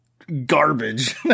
garbage